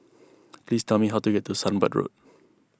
please tell me how to get to Sunbird Road